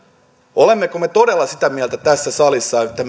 olemmeko me todella sitä mieltä tässä salissa että